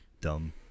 dumb